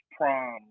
prom